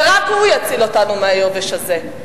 ורק הוא יציל אותנו מהיובש הזה.